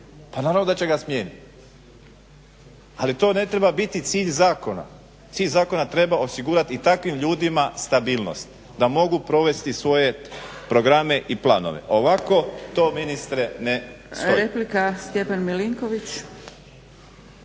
pa naravno da će ga smijeniti. Ali to ne treba biti cilj zakona. Cilj zakona treba osigurati i takvim ljudima stabilnost, da mogu provesti svoje programe i planove. Ovako to ministre ne stoji.